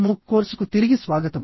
MOOC కోర్సుకు తిరిగి స్వాగతం